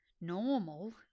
normal